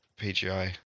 PGI